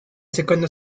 seconda